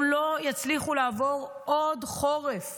הם לא יצליחו לעבור עוד חורף